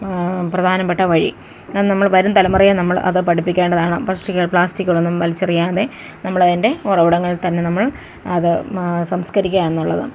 പ്രധാനപ്പെട്ട വഴി അത് നമ്മൾ വരുംതലമുറയെ നമ്മളത് പഠിപ്പിക്കേണ്ടതാണ് പ്ലാസ്റ്റിക് പ്ലാസ്റ്റിക്കുകളൊന്നും വലിച്ചെറിയാതെ നമ്മൾ അതിന്റെ ഉറവിടങ്ങൾ തന്നെ നമ്മൾ അത് സംസ്ക്കരിക്കുക എന്നുള്ളതാണ്